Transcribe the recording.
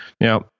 Now